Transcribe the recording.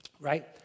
right